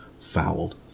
fouled